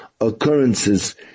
occurrences